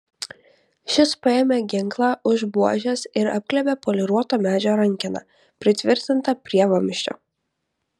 šis paėmė ginklą už buožės ir apglėbė poliruoto medžio rankeną pritvirtintą prie vamzdžio